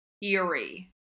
eerie